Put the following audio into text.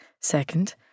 Second